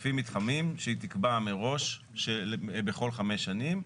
לפי מתחמים, שהיא תקבע מראש בכל חמש שנים.